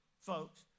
folks